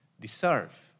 deserve